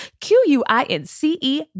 Q-U-I-N-C-E